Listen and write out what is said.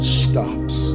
stops